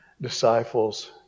disciples